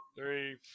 three